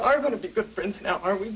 you going to be good friends now are we